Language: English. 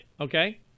Okay